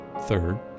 third